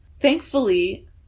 Thankfully